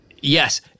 Yes